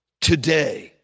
Today